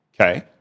Okay